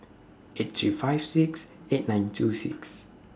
eight three five six eight nine two six